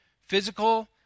Physical